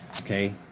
okay